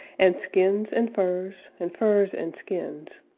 and skins and furs, and furs and skins,